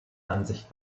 ansicht